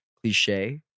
cliche